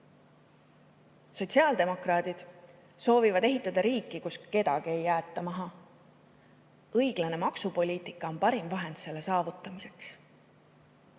lähenemisega. Sotsiaaldemokraadid soovivad ehitada riiki, kus kedagi ei jäeta maha. Õiglane maksupoliitika on parim vahend selle saavutamiseks.